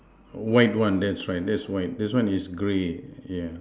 white one that's right that's white this one is grey yeah